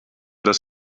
dass